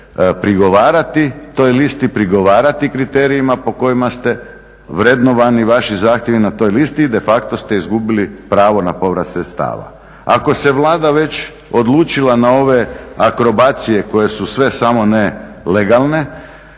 prigovarati kriterijima po kojima ste vrednovani, vaši zahtjevi na toj listi, i de facto ste izgubili pravo na povrat sredstava. Ako se Vlada već odlučila na ove akrobacije koje su sve samo ne legalne,